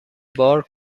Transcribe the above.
بار